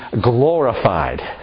glorified